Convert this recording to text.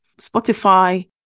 spotify